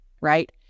right